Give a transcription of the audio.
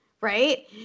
right